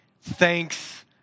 thanks